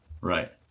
Right